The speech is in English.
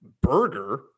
burger